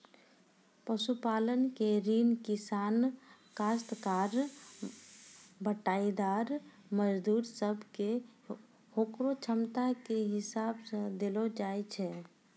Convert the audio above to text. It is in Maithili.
पशुपालन के ऋण किसान, कास्तकार, बटाईदार, मजदूर सब कॅ होकरो क्षमता के हिसाब सॅ देलो जाय छै